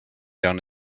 down